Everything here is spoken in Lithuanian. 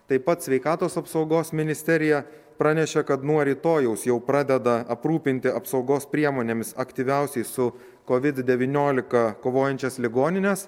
taip pat sveikatos apsaugos ministerija pranešė kad nuo rytojaus jau pradeda aprūpinti apsaugos priemonėmis aktyviausiai su kovid devyniolika kovojančias ligonines